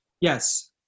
Yes